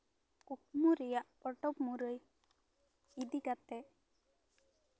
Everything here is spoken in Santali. ᱠᱩᱠᱢᱩ ᱨᱮᱭᱟᱜ ᱯᱚᱛᱚᱵ ᱢᱩᱨᱟᱹᱭ ᱤᱫᱤ ᱠᱟᱛᱮᱫ